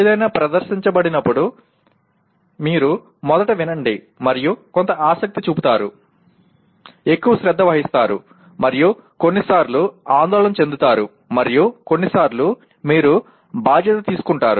ఏదైనా ప్రదర్శించబడినప్పుడు మీరు మొదట వినండి మరియు కొంత ఆసక్తి చూపుతారు ఎక్కువ శ్రద్ధ వహిస్తారు మరియు కొన్నిసార్లు ఆందోళన చెందుతారు మరియు కొన్నిసార్లు మీరు బాధ్యత తీసుకుంటారు